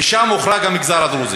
ושם הוחרג המגזר הדרוזי.